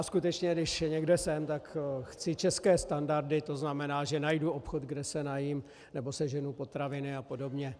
Skutečně když někde jsem, tak chci české standardy, to znamená, že najdu obchod, kde se najím nebo seženu potraviny a podobně.